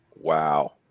Wow